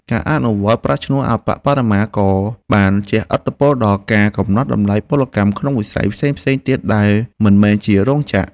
ការអនុវត្តប្រាក់ឈ្នួលអប្បបរមាក៏បានជះឥទ្ធិពលដល់ការកំណត់តម្លៃពលកម្មក្នុងវិស័យផ្សេងៗទៀតដែលមិនមែនជារោងចក្រ។